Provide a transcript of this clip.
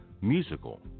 Musical